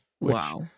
Wow